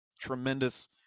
tremendous